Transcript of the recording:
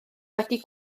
wedi